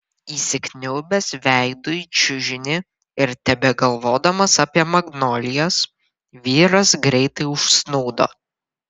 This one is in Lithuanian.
įsikniaubęs veidu į čiužinį ir tebegalvodamas apie magnolijas vyras greitai užsnūdo